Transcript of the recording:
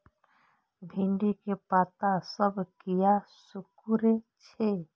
भिंडी के पत्ता सब किया सुकूरे छे?